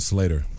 Slater